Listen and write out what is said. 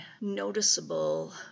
noticeable